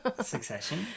Succession